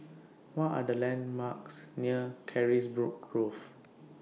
What Are The landmarks near Carisbrooke Grove